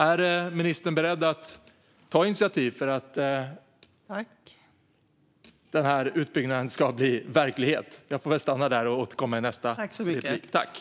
Är ministern beredd att ta initiativ för att utbyggnaden ska bli verklighet? Jag får stanna där och återkomma i mitt nästa inlägg.